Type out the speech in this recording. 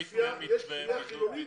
לבידוד.